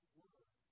word